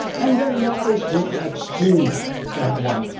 and then there is the extreme one.